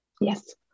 Yes